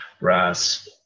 Brass